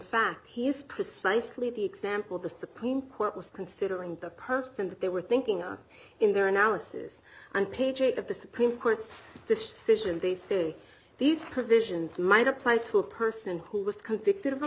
fact he is precisely the example the supreme court was considering the person that they were thinking on in their analysis on page eight of the supreme court's decision they say these provisions might apply to a person who was convicted of